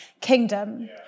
kingdom